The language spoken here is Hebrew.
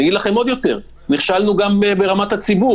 אני אגיד לכם עוד דבר, נכשלנו גם ברמת הציבור.